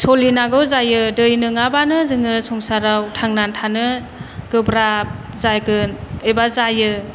सोलिनांगौ जायो दै नङाबानो जोङो संसाराव थांनानै थानो गोब्राब जागोन एबा जायो